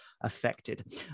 affected